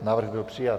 Návrh byl přijat.